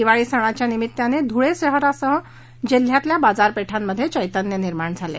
दिवाळी सणाच्या निमित्ताने धुळे शहरासह जिल्ह्यातील बाजारपेठांमध्ये चैतन्य निर्माण झाले आहे